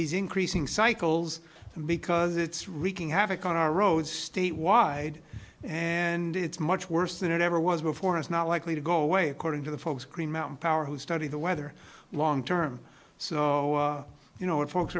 these increasing cycles because it's wreaking havoc on our roads statewide and it's much worse than it ever was before is not likely to go away according to the folks green mountain power who study the weather long term so you know what folks